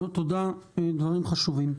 תודה, דברים חשובים.